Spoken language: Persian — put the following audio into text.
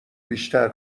بیشتر